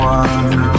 one